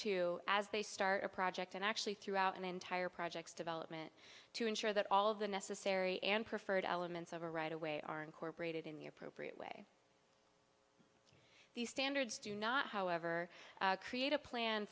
to as they start a project and actually throughout an entire projects development to ensure that all of the necessary and preferred elements of a right away are incorporated in the appropriate way these standards do not however create a plan